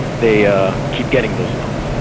they ah keep getting those loans.